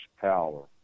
power